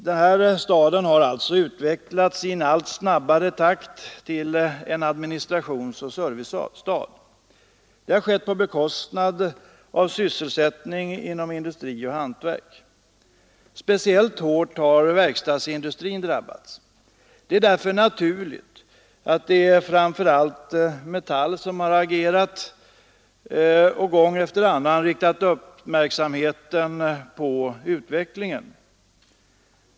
Stockholm har alltså utvecklats i en allt snabbare takt till att bli en administrationsoch servicestad. Det har skett på bekostnad av sysselsättningen inom industri och hantverk. Speciellt hårt har verkstadsindustrin drabbats. Det är därför naturligt att det framför allt är Metall som har agerat och gång efter annan riktat uppmärksamheten på utvecklingen.